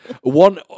one